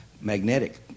magnetic